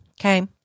Okay